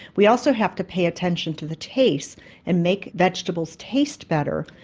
we also have to pay attention to the taste and make vegetables taste better,